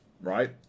right